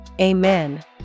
Amen